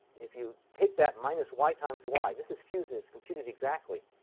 if you take that minus y times y this is fusing. it's computed exactly.